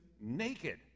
naked